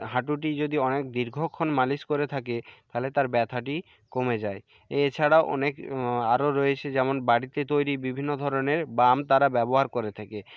হাঁটুটি যদি অনেক দীর্ঘক্ষণ মালিশ করে থাকে তাহলে তার ব্যথাটি কমে যায় এছাড়াও অনেক আরও রয়েছে যেমন বাড়িতে তৈরী বিভিন্ন ধরনের বাম তারা ব্যবহার করে থাকে